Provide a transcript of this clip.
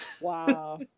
Wow